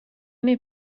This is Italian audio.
nei